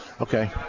Okay